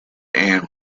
and